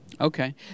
Okay